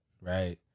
right